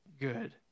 good